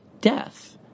death